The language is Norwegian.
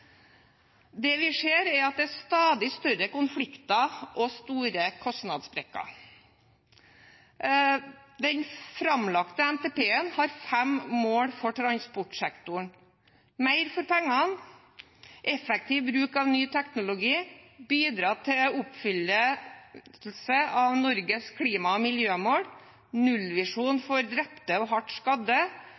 Det vi ser, er at det er stadig større konflikter og store kostnadssprekker. Den framlagte NTP-en har fem mål for transportsektoren: mer for pengene effektiv bruk av ny teknologi bidra til oppfyllelse av Norges klima- og miljømål nullvisjon for drepte og hardt skadde